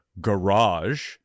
garage